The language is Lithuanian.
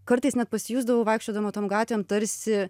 kartais net pasijusdavau vaikščiodama tom gatvėm tarsi